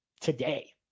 today